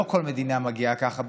לא כל מדינה מגיעה ככה,